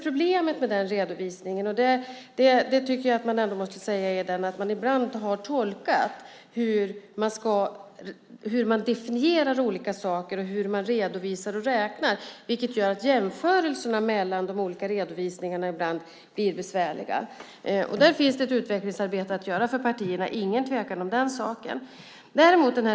Problemet med redovisningen - det tycker jag ändå måste sägas - är ibland tolkningen av hur man definierar olika saker och hur man redovisar och räknar. Det gör att jämförelserna mellan de olika redovisningarna ibland blir besvärliga. Där finns det ett utvecklingsarbete att göra för partierna; det råder ingen tvekan om den saken.